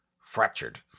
fractured